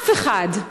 אף אחד.